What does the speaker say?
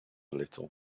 little